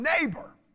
neighbor